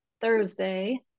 Thursday